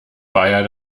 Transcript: bayer